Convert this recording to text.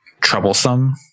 troublesome